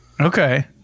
okay